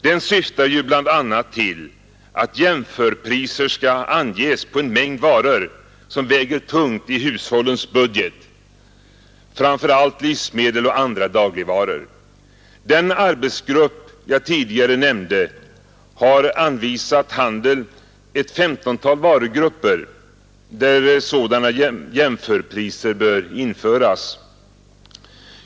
Den syftar ju bl.a. till att jämförpriser skall anges på en mängd varor som väger tungt i hushållens budget, framför allt livsmedel och andra dagligvaror. Den arbetsgrupp jag tidigare nämnde har anvisat handeln ett 15-tal varugrupper där sådana jämförpriser bör införas.